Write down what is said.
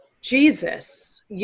Jesus